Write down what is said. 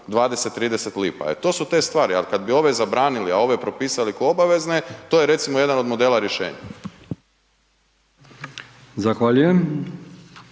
20-30 lipa, e to su te stvari, al kad bi ove zabranili, a ove propisali ko obavezne, to je recimo jedan od modela rješenja. **Brkić,